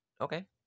Okay